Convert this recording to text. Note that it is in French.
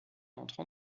entrant